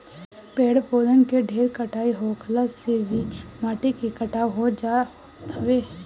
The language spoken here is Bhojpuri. पेड़ पौधन के ढेर कटाई होखला से भी माटी के कटाव हो जात हवे